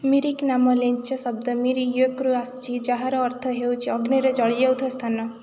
ମିରିକ୍ ନାମ ଲେଚା ଶବ୍ଦ ମିର ୟୋକରୁ ଆସିଛି ଯାହାର ଅର୍ଥ ହେଉଛି ଅଗ୍ନିରେ ଜଳିଯାଇଥିବା ସ୍ଥାନ